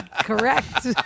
Correct